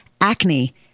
acne